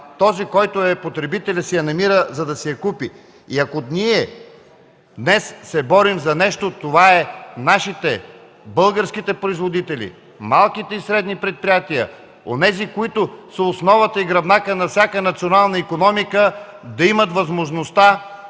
полезна, а потребителят я намира, за да си я купи. И ако ние днес се борим за нещо, то е нашите, българските производители, малките и средни предприятия, онези, които са основата и гръбнакът на всяка национална икономика, да имат възможността,